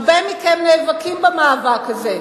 הרבה מכם נאבקים במאבק הזה,